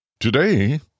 Today